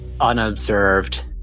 unobserved